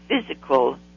physical